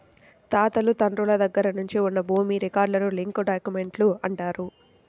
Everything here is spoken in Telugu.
తాతలు తండ్రుల దగ్గర నుంచి ఉన్న భూమి రికార్డులను లింక్ డాక్యుమెంట్లు అంటారు